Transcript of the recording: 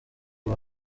uyu